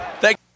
Thank